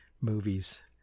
movies